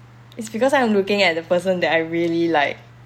it's because I'm looking at the person that I really like